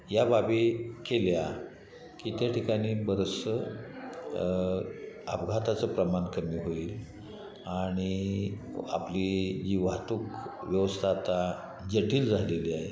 या बाबी केल्या की त्या ठिकाणी बरचसं अपघाताचं प्रमाण कमी होईल आणि आपली जी वाहतूक व्यवस्था आता जटील झालेली आहे